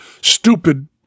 stupid